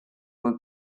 were